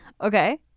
Okay